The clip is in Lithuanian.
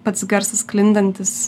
pats garsas sklindantis